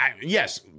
Yes